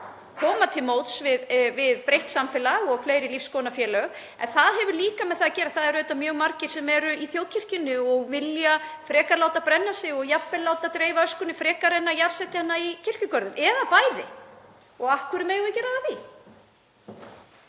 koma til móts við breytt samfélag og fleiri lífsskoðunarfélög. Það hefur líka með það að gera að það eru auðvitað mjög margir sem eru í þjóðkirkjunni sem vilja láta brenna sig og jafnvel láta dreifa öskunni frekar en að jarðsetja hana í kirkjugörðum, eða bæði. Og af hverju megum við ekki ráða því?